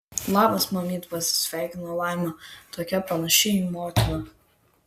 labas mamyt pasisveikino laima tokia panaši į motiną